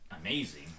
amazing